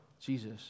Jesus